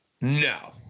No